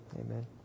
amen